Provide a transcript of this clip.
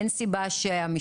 אין סיבה שהמשטרה תיכנס.